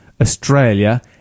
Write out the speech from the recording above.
Australia